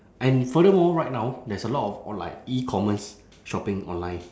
and furthermore right now there's a lot of of like E commerce shopping online